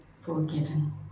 forgiven